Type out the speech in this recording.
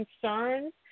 concerns